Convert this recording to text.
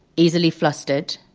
easily flustered.